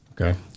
okay